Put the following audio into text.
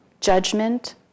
judgment